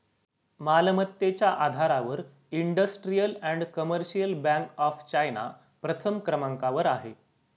मालमत्तेच्या आधारावर industrial and commercial bank of China प्रथम क्रमांकावर आहे